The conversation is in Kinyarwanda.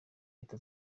leta